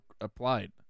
applied